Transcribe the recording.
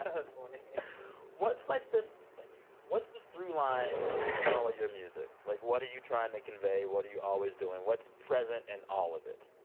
that's funny what's, like, the. thank you what's the through line in all of your music? like, what are you trying to convey? what are you always doing? what's present in all of it?